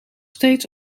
steeds